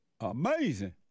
Amazing